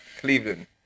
Cleveland